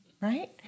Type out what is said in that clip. right